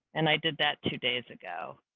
and i did that two days ago,